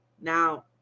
Now